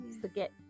forget